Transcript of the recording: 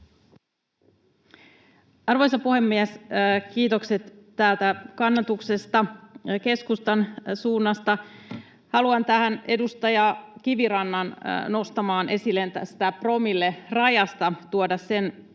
Arvoisa puhemies! Kiitokset täältä kannatuksesta keskustan suunnasta. Haluan tästä edustaja Kivirannan esille nostamasta promillerajasta tuoda sen